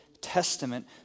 Testament